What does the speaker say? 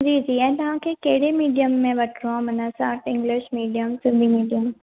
जी जी ऐं तव्हांखे कहिड़े मीडियम में वठिणो आहे माना तव्हां इंगलिश मीडियम सिंधी मीडियम